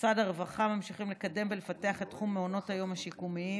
במשרד הרווחה ממשיכים לקדם ולפתח את תחום מעונות היום השיקומיים.